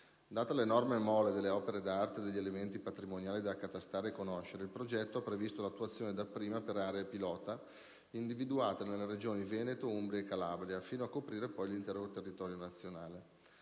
Data l'enorme mole delle opere d'arte e degli elementi patrimoniali da accatastare e conoscere, il progetto è stato attuato dapprima per aree pilota, individuate nelle regioni Veneto, Umbria e Calabria, fino a coprire l'intero territorio nazionale.